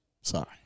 Sorry